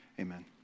Amen